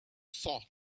thought